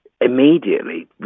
immediately